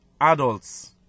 adults